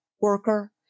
worker